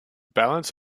balance